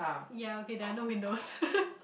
ya okay there are no windows